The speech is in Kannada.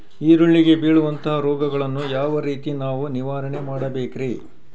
ಈರುಳ್ಳಿಗೆ ಬೇಳುವಂತಹ ರೋಗಗಳನ್ನು ಯಾವ ರೇತಿ ನಾವು ನಿವಾರಣೆ ಮಾಡಬೇಕ್ರಿ?